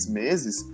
meses